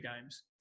games